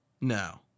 No